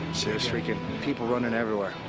there's freaking, people running everywhere.